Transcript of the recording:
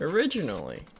Originally